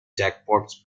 jackpots